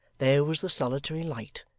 there was the solitary light,